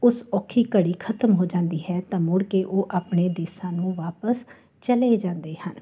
ਉਸ ਔਖੀ ਘੜੀ ਖਤਮ ਹੋ ਜਾਂਦੀ ਹੈ ਤਾਂ ਮੁੜ ਕੇ ਉਹ ਆਪਣੇ ਦੇਸਾਂ ਨੂੰ ਵਾਪਸ ਚਲੇ ਜਾਂਦੇ ਹਨ